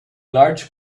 large